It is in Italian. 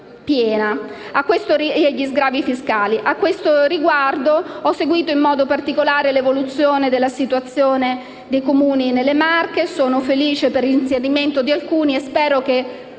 A questo riguardo, ho seguito in modo particolare l'evoluzione della situazione dei Comuni delle Marche, sono felice per l'inserimento nel cratere